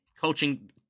coaching